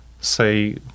say